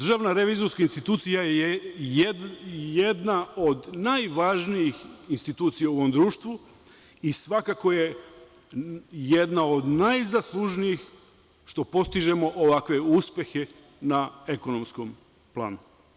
Državna revizorska institucija je jedna od najvažnijih institucija u ovom društvu i svakako je jedna od najzaslužnijih što postižemo ovakve uspehe na ekonomskom planu.